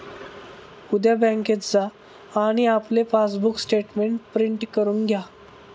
उद्या बँकेत जा आणि आपले पासबुक स्टेटमेंट प्रिंट करून घ्या